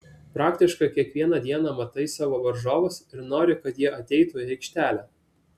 praktiškai kiekvieną dieną matai savo varžovus ir nori kad jie ateitų į aikštelę